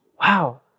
Wow